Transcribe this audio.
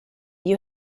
you